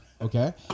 okay